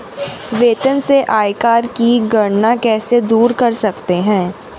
वेतन से आयकर की गणना कैसे दूर कर सकते है?